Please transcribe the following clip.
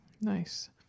Nice